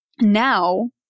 now